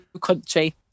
country